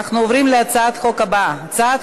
אנחנו עוברים להצעת החוק הבאה: הצעת